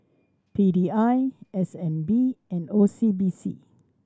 P D I S N B and O C B C